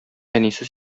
әнисе